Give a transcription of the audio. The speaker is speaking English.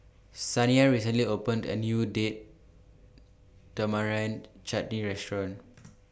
Shaniya recently opened A New Date Tamarind Chutney Restaurant